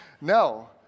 No